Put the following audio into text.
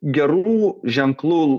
gerų ženklų